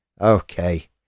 Okay